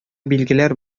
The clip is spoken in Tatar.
билгеләр